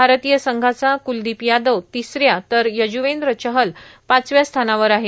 भारतीय संघाचा कूलदीप यादव तिसऱ्या तर यज्वेंद्र चहल पाचव्या स्थानावर आहे